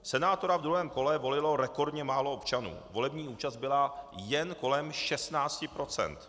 Senátora v druhém kole volilo rekordně málo občanů, volební účast byla jen kolem 16 %.